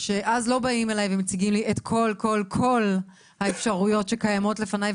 שאז לא באים אלי ומציגים לי את כל כל כל האפשרויות שקיימות לפניי,